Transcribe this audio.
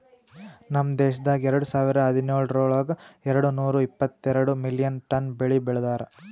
ನಮ್ ದೇಶದಾಗ್ ಎರಡು ಸಾವಿರ ಹದಿನೇಳರೊಳಗ್ ಎರಡು ನೂರಾ ಎಪ್ಪತ್ತೆರಡು ಮಿಲಿಯನ್ ಟನ್ ಬೆಳಿ ಬೆ ಳದಾರ್